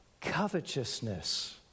Covetousness